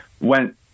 went